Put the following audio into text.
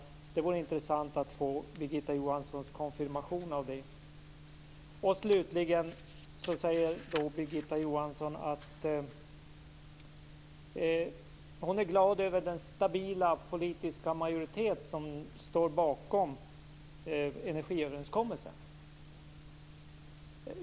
Det vore intressant att få Birgitta Johanssons konfirmation av det. Slutligen säger Birgitta Johansson att hon är glad över den stabila politiska majoritet som står bakom energiöverenskommelsen.